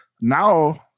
now